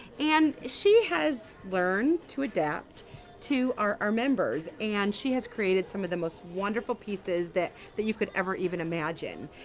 and she has learned to adapt to our our members, and she has created some of the most wonderful pieces that that you could ever even imagine.